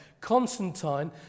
Constantine